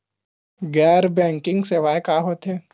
गैर बैंकिंग सेवाएं का होथे?